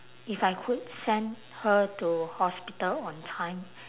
if I could send her to hospital on time